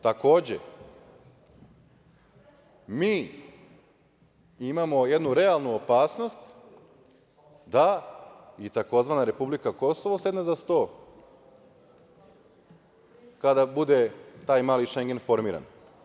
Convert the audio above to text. Takođe, mi imamo jednu realnu opasnost da i tzv. republika Kosovo sedne za sto kada bude taj „mali Šengen“ formiran.